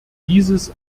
dieses